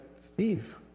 Steve